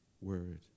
word